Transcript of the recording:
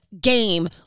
game